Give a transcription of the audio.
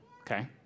okay